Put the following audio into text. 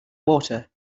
water